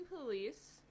police